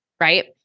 right